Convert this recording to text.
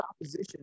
opposition